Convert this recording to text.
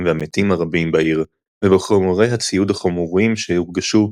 והמתים הרבים בעיר ובחומרי הציוד החמורים שהורגשו